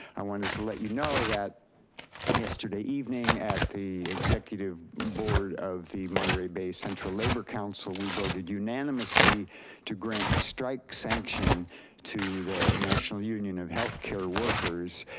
i wanted to let you know that yesterday evening at the executive board of the monterrey bay central labor council, we voted unanimously to grant strike sanction to the national union of healthcare workers